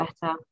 better